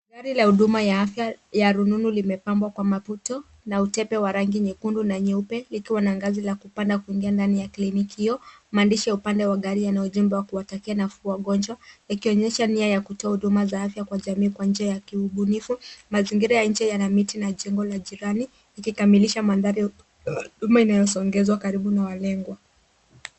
Gari la huduma ya afya ya rununu limepambwa kwa maputo na utepe wa rangi nyekundu na nyeupe likiwa na ngazi ya kupanda kuingia ndani ya kliniki hiyo maandishi ya upande wa gari yanayo ujumbe wa kuwatakia na kuwa wagonjwa wakionyesha nia ya kuto huduma za afya kwa jamii kwa njia ya kiubunifu. Mazingira ya nje yana miti na jengo la jirani ikikamilisha mandhari inayosongezwa karibu na walengwa.